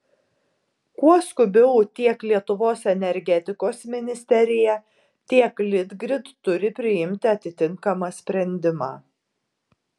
kuo skubiau tiek lietuvos energetikos ministerija tiek litgrid turi priimti atitinkamą sprendimą